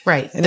Right